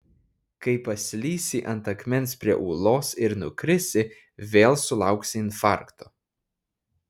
kai paslysi ant akmens prie ūlos ir nukrisi vėl sulauksi infarkto